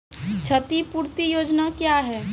क्षतिपूरती योजना क्या हैं?